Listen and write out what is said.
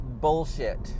bullshit